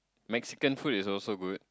Mexican food is also good